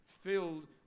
filled